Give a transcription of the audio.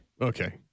Okay